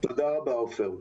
תודה רבה, עופר.